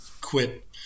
quit –